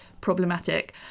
problematic